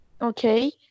Okay